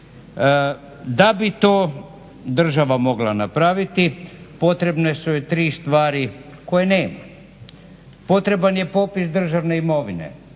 Da bi to država mogla napraviti potrebne su joj tri stvari koje nema. Potreban je popis državne imovine